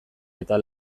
eta